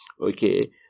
Okay